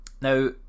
now